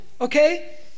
okay